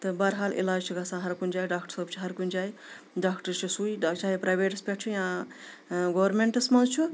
تہٕ بَرحال علاج چھُ گژھان ہرکُنہِ جایہِ ڈاکٹر صٲب چھِ ہرکُنہِ جایہِ ڈاکٹر چھِ سُے چاہے پرٛیویٹَس پٮ۪ٹھ چھُ یا گورمینٹَس منٛز چھُ